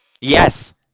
Yes